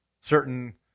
certain